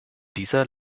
dieser